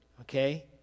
okay